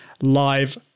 Live